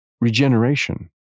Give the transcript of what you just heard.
regeneration